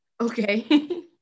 Okay